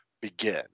begin